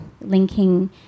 linking